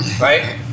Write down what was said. right